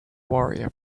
warrior